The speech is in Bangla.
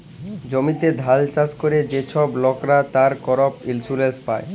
জমিতে ধাল চাষ ক্যরে যে ছব লকরা, তারা করপ ইলসুরেলস পায়